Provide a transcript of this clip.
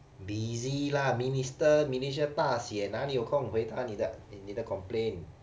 busy lah minister minister 大选哪里有空回答你的你的 complain